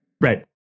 Right